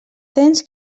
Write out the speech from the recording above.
dents